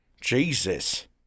Jesus